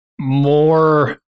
more